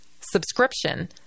subscription